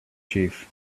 chief